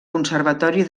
conservatori